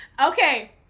Okay